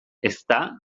ezta